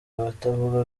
abatavuga